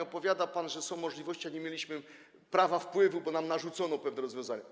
Opowiada pan, że są możliwości, ale nie mieliśmy na to wpływu, bo nam narzucono pewne rozwiązania.